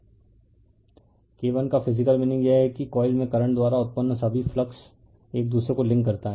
refer slide time 3756 K1 का physical meaning यह है कि कॉइल में करंट द्वारा उत्पन्न सभी फ्लक्स एक दूसरे को लिंक करता है